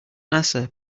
nasa